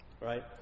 right